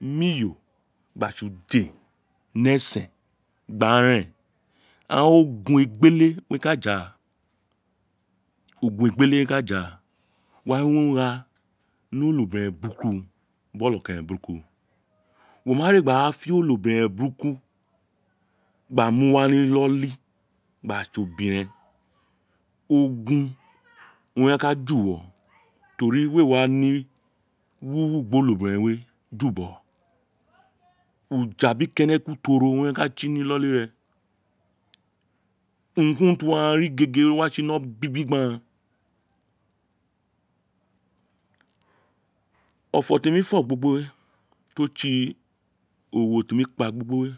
Miyo gba tsi uden ni esen gba ren aa ogun egbele owun re ka jaa ogun egbele owun re ka jaa wa we oghe ní onobiren burúkún bi onokeren burúkún wo ma re gba fe onobiren burúkún gba mu wa ní iloli gba tsi a obiren ogun owua re wa ni wuwu gbi onobiren we ju bogho uja bi keneku fo ro owun re wa ka tsi ni iloli re urun ku urun ti oghaan ri gege owa temi fo gbo gbo we to tsi owe temi kpa gbogbowe